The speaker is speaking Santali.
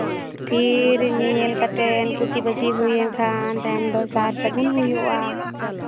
ᱛᱷᱤᱨ ᱧᱮᱧᱮᱞ ᱠᱟᱛᱮ ᱠᱩᱥᱤᱵᱟᱥᱤ ᱦᱩᱭᱮᱱ ᱠᱷᱟᱱ ᱛᱟᱭᱚᱢ ᱫᱚ ᱥᱟᱨ ᱥᱟᱹᱜᱩᱱ ᱦᱩᱭᱩᱜᱼᱟ